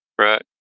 right